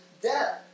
death